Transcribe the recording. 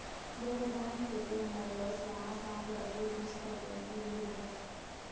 వేరే బ్యాంక్ ఏటిఎంలలో శ్యానా సార్లు డబ్బు తీసుకోనీకి వీలు ఉండదు